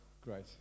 great